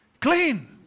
clean